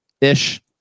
ish